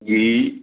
जी